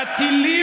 תגיד,